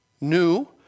new